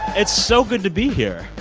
it's so good to be here.